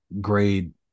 grade